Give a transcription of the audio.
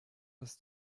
das